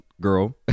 girl